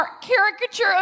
caricature